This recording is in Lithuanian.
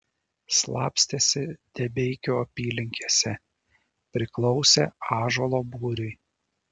slapstėsi debeikių apylinkėse priklausė ąžuolo būriui